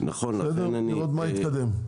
לראות מה התקדם.